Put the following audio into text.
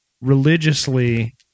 religiously